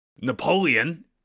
Napoleon